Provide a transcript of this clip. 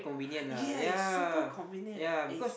ya is super convenient is